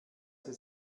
sie